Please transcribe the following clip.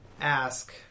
ask